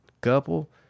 couple